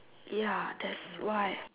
ya that's why